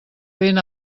vent